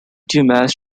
dumas